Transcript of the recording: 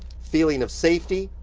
feeling of safety,